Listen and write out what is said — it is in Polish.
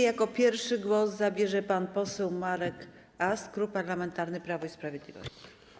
Jako pierwszy głos zabierze pan poseł Marek Ast, Klub Parlamentarny Prawo i Sprawiedliwość.